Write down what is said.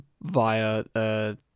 via